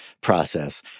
process